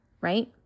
right